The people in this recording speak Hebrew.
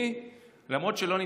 למרות שלא נמצא לו תפקיד.